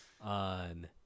on